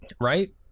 Right